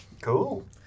Cool